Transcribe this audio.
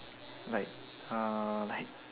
like uh like